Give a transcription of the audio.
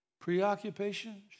Preoccupation